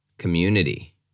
community